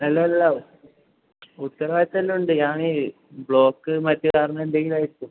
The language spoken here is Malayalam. അല്ല അല്ല ഉത്തരവാദിത്തം എല്ലാം ഉണ്ട് ഞാന് ബ്ലോക്ക് മറ്റ് കാരണം എന്തെങ്കിലും ആയിരിക്കും